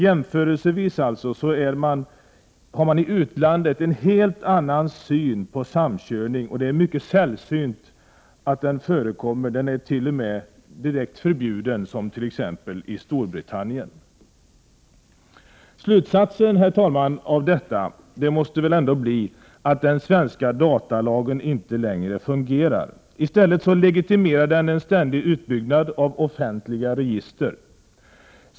Jämförelsevis har man i utlandet en helt annan syn på samkörning. Det är mycket sällsynt att det förekommer. Den kan t.o.m. vara direkt förbjuden, som t.ex. i Storbritannien. Herr talman! Slutsatsen måste bli att den svenska datalagen inte längre fungerar. I stället legitimerar den en ständig utbyggnad av offentliga register.